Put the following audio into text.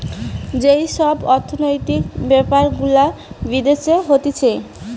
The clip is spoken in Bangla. যেই সব অর্থনৈতিক বেপার গুলা বিদেশে হতিছে